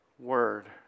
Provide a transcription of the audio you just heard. Word